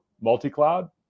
multi-cloud